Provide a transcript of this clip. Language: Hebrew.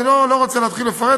אני לא רוצה להתחיל לפרט,